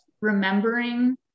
remembering